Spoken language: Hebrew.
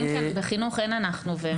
בחינוך אין אנחנו ואתם.